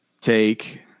take